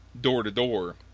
door-to-door